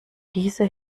diese